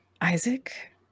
Isaac